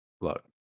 Look